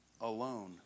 alone